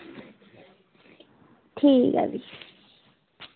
ठीक ऐ भी